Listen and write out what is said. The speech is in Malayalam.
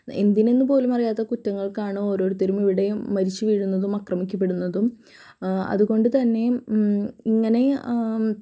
എന്തിനെന്ന് പോലുമാറിയാത്ത കുറ്റങ്ങൾക്കാണ് ഓരോരുത്തരും ഇവിടെ മരിച്ചു വീഴുന്നതും അക്രമിക്കപ്പെടുന്നതും അതുകൊണ്ട് തന്നെ ഇങ്ങനെ